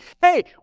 hey